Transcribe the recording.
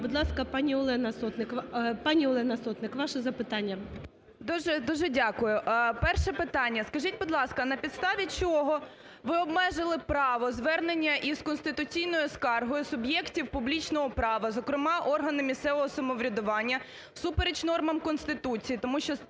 Пані Олена Сотник, ваше запитання. 11:21:07 СОТНИК О.С. Дуже дякую. Перше питання. Скажіть, будь ласка, на підставі чого ви обмежили право звернення із конституційною скаргою суб'єктів публічного права, зокрема, органи місцевого самоврядування всупереч нормам Конституції?